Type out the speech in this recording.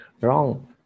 wrong